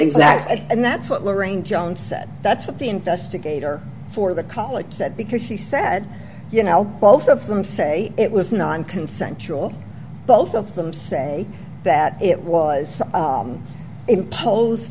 exactly and that's what lorraine jones said that's what the investigator for the college said because she said you know both of them say it was nonconsensual both of them say that it was impose